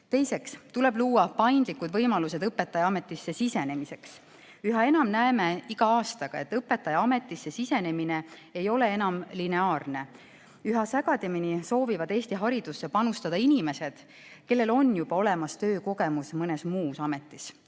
Teiseks tuleb luua paindlikud võimalused õpetajaametisse sisenemiseks. Üha enam näeme iga aastaga, et õpetajaametisse sisenemine ei ole enam lineaarne. Üha sagedamini soovivad Eesti haridusse panustada inimesed, kellel on juba olemas töökogemus mõnes muus ametis.